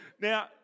now